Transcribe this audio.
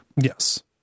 Yes